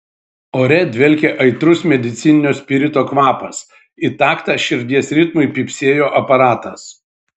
ore dvelkė aitrus medicininio spirito kvapas į taktą širdies ritmui pypsėjo aparatas